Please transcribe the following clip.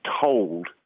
told